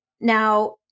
Now